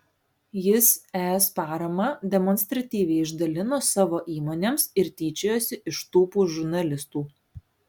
jis es paramą demonstratyviai išdalino savo įmonėms ir tyčiojosi iš tūpų žurnalistų